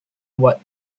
what